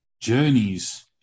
journeys